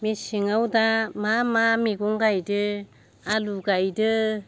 मेसेङाव दा मा मा मैगं गायदो आलु गायदो